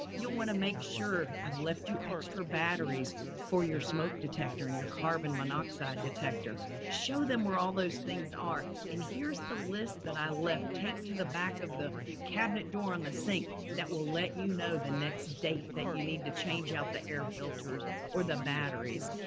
you'll want to make sure i've left you extra batteries for your smoke detector and your carbon monoxide detector. show them where all those things are and here's the list that i left take to the back of the cabinet door on the sink that will let you know the next date that you need to change out the air filters or the batteries.